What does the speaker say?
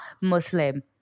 Muslim